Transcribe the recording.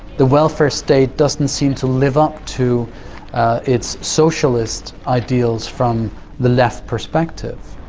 the welfare state doesn't seem to live up to its socialist ideals from the left perspective.